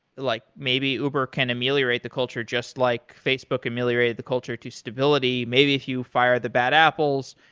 like maybe uber can ameliorate the culture just like facebook ameliorated the culture to stability. maybe if you fire the bad apples,